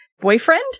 boyfriend